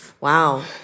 Wow